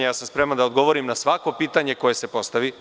Spreman sam da odgovorim na svako pitanje koje se postavi.